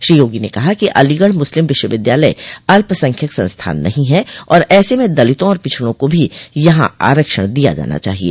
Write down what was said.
श्री योगी ने कहा कि अलीगढ़ मुस्लिम विश्वविद्यालय अल्पसंख्यक संस्थान नहीं है और ऐसे में दलितों और पिछड़ा को भी यहां आरक्षण दिया जाना चाहिए